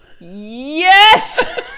Yes